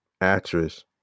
actress